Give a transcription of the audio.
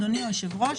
אדוני היושב-ראש,